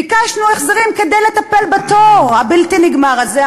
ביקשנו החזרים כדי לטפל בתור הבלתי-נגמר הזה,